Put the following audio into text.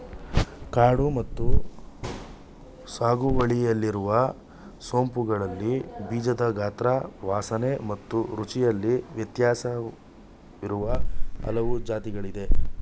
ಕಾಡು ಮತ್ತು ಸಾಗುವಳಿಯಲ್ಲಿರುವ ಸೋಂಪುಗಳಲ್ಲಿ ಬೀಜದ ಗಾತ್ರ ವಾಸನೆ ಮತ್ತು ರುಚಿಯಲ್ಲಿ ವ್ಯತ್ಯಾಸವಿರುವ ಹಲವು ಜಾತಿಗಳಿದೆ